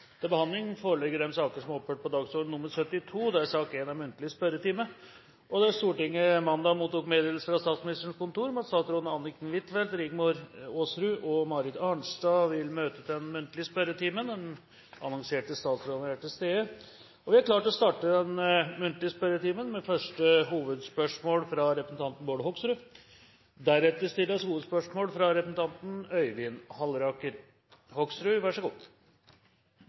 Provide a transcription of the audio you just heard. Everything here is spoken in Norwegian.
Stortinget mottok mandag meddelelse fra Statsministerens kontor om at statsrådene Anniken Huitfeldt, Rigmor Aasrud og Marit Arnstad vil møte til muntlig spørretime. De annonserte statsrådene er til stede, og vi er klare til å starte den muntlige spørretimen. Vi starter med første hovedspørsmål, fra representanten Bård